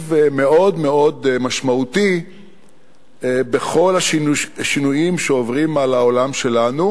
מאוד מאוד משמעותי בכל השינויים שעוברים על העולם שלנו,